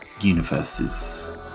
universes